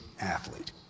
athlete